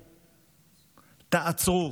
תעצרו.